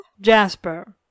Jasper